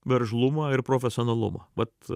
veržlumo ir profesionalumo vat